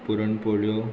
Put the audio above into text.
पुरण पोळ्यो